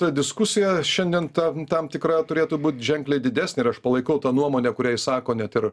ta diskusija šiandien ta tam tikra turėtų būt ženkliai didesnė ir aš palaikau tą nuomonę kurią išsako net ir